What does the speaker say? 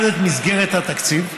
האחד, את מסגרת התקציב,